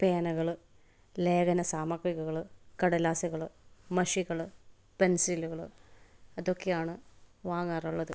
പേനകൾ ലേഖന സാമഗ്രികൾ കടലാസുകൾ മഷികൾ പെൻസിലുകൾ അതൊക്കെയാണ് വാങ്ങാറുള്ളത്